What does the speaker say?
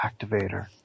activator